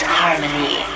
harmony